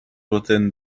within